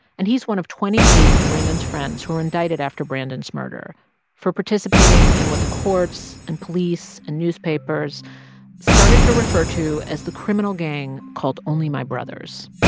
and he's one of twenty eight of brandon's friends who were indicted after brandon's murder for participating in what the courts and police and newspapers started to refer to as the criminal gang called only my brothers.